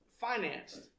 Financed